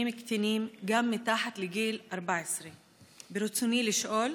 קטינים גם מתחת לגיל 14. ברצוני לשאול: